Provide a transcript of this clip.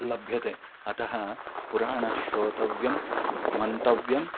लभ्यते अतः पुराणानि श्रोतव्यानि मन्तव्यानि